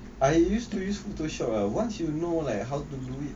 I used to use photoshop ah once you know like how to do it